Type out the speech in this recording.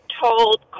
told